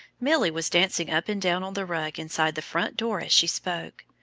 milly was dancing up and down on the rug inside the front door as she spoke.